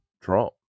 Trump